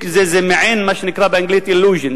זה מה שנקרא באנגלית illusion.